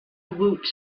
woot